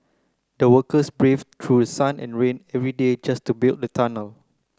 the workers brave through sun and rain every day just to build the tunnel